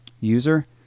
user